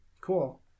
cool